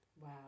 Wow